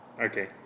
Okay